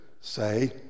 say